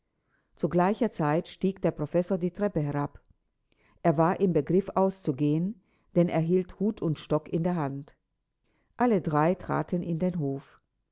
zu gleicher zeit stieg der professor die treppe herab er war im begriff auszugehen denn er hielt hut und stock in der hand alle drei traten in den hof